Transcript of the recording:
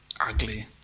ugly